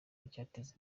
icyateza